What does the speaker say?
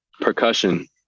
Percussion